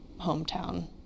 hometown